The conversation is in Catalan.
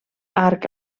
arc